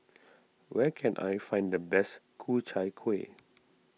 where can I find the best Ku Chai Kueh